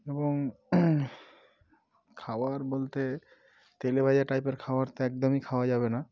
এবং খাবার বলতে তেলে ভাজা টাইপের খাবার তো একদমই খাওয়া যাবে না